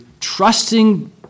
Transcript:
trusting